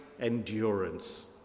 endurance